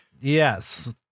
Yes